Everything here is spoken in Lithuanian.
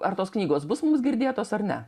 ar tos knygos bus mums girdėtos ar ne